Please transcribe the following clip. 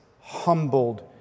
humbled